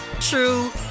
true